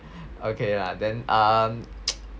okay lah then um